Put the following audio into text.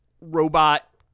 robot